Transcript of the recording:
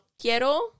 quiero